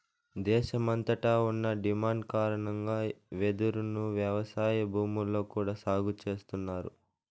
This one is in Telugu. దేశమంతట ఉన్న డిమాండ్ కారణంగా వెదురును వ్యవసాయ భూముల్లో కూడా సాగు చేస్తన్నారు